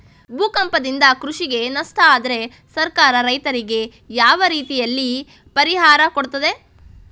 ಭೂಕಂಪದಿಂದ ಕೃಷಿಗೆ ನಷ್ಟ ಆದ್ರೆ ಸರ್ಕಾರ ರೈತರಿಗೆ ಯಾವ ರೀತಿಯಲ್ಲಿ ಪರಿಹಾರ ಕೊಡ್ತದೆ?